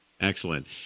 Excellent